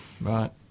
right